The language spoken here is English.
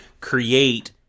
create